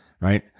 right